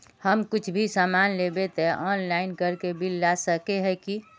हम कुछ भी सामान लेबे ते ऑनलाइन करके बिल ला सके है की?